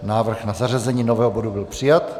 Návrh na zařazení nového bodu byl přijat.